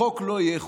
חוק לא יהיה חוק.